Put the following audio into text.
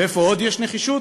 ואיפה עוד יש נחישות?